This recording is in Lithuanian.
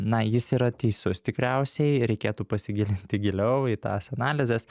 na jis yra teisus tikriausiai reikėtų pasigilinti giliau į tas analizes